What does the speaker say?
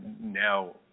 now